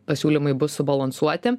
pasiūlymai bus subalansuoti